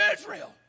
Israel